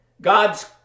God's